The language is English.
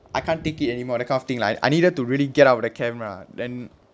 I can't take it anymore that kind of thing like I needed to really get out of the camp lah then